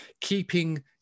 keeping